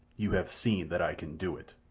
you have seen that i can do it!